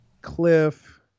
Cliff